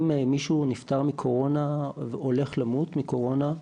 אם מישהו נפטר מקורונה או הולך למות מקורונה,